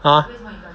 !huh!